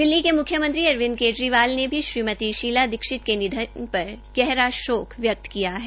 दिल्ली के मुख्य मंत्री अरविंद केजरीवाल ने भी श्रीमती शीला दीक्षित के निधन पर गहरा शोक व्यक्त किया है